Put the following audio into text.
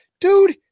dude